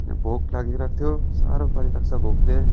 यहाँ भोक लागिरहेको थियो साह्रो पारिरहेको छ भोकले